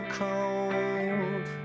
cold